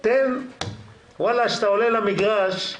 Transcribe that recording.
כשאתה עולה למגרש,